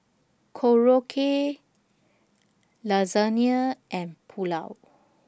Korokke Lasagne and Pulao